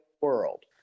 world